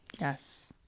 yes